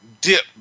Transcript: Dip